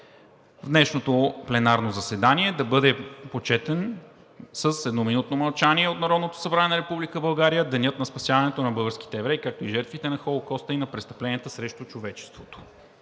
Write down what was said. В днешното пленарно заседание да бъде почетен с едноминутно мълчание от Народното събрание на Република България Денят на спасяването на българските евреи, както и жертвите на Холокоста и на престъпленията срещу човечеството.